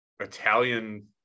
Italian